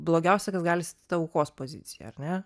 blogiausia kas gali atsitikt ta aukos pozicija ar ne